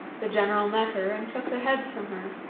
the general met her, and took the heads from her,